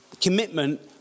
commitment